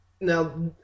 now